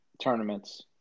tournaments